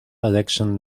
election